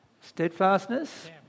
Steadfastness